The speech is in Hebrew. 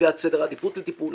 קביעת סדר עדיפות לטיפול,